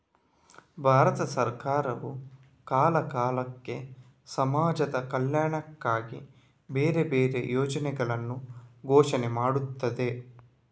ಭಾರತ ಸರಕಾರವು ಕಾಲ ಕಾಲಕ್ಕೆ ಸಮಾಜದ ಕಲ್ಯಾಣಕ್ಕಾಗಿ ಬೇರೆ ಬೇರೆ ಯೋಜನೆಗಳನ್ನ ಘೋಷಣೆ ಮಾಡ್ತದೆ